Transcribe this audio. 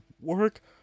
work